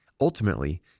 Ultimately